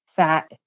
Fat